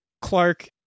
clark